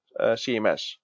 CMS